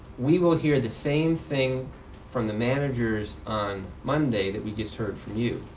we will hear the same thing from the managers on monday that we just heard from you.